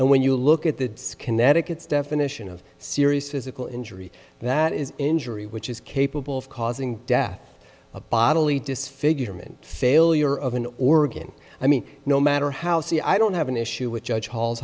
and when you look at the connecticut's definition of serious physical injury that is injury which is capable of causing death a bodily disfigurement failure of an organ i mean no matter how see i don't have an issue with judge hall